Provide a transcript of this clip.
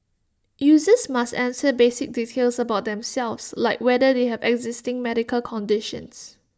users must answer basic details about themselves like whether they have existing medical conditions